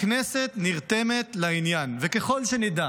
הכנסת נרתמת לעניין, וככל שנדע